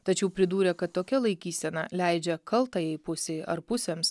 tačiau pridūrė kad tokia laikysena leidžia kaltajai pusei ar pusėms